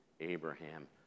Abraham